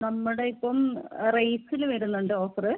നമ്മുടെ ഇപ്പം റൈസില് വരുന്നുണ്ട് ഓഫറ്